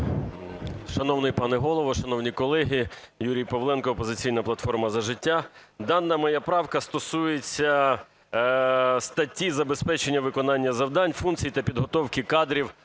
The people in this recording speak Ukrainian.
Шановний пане Голово, шановні колеги! Юрій Павленко, "Опозиційна платформа – За життя". Дана моя правка стосується статті забезпечення виконання завдань, функцій та підготовки кадрів